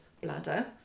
bladder